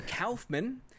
Kaufman